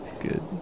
good